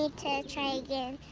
to try again.